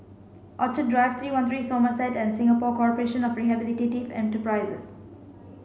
Orchid Drive Three One Three Somerset and Singapore Corporation of Rehabilitative Enterprises